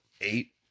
eight